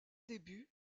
débuts